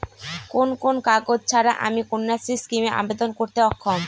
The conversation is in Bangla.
কোন কোন কাগজ ছাড়া আমি কন্যাশ্রী স্কিমে আবেদন করতে অক্ষম?